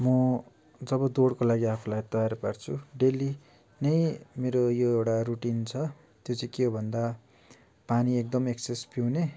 म जब दौडको लागि आफूलाई तयार पार्छु डेली नै मेरो यो एउटा रुटिन छ त्यो चाहिँ के हो भन्दा पानी एकदम एक्सेस पिउने